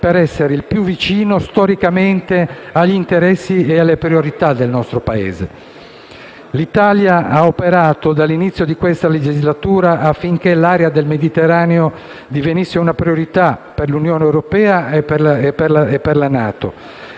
per essere il più vicino storicamente agli interessi e alle priorità del nostro Paese. L'Italia ha operato, dall'inizio di questa legislatura, affinché l'area del Mediterraneo divenisse una priorità per l'Unione europea e per la NATO